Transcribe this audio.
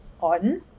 on